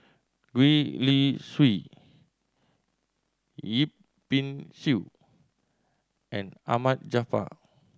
Gwee Li Sui Yip Pin Xiu and Ahmad Jaafar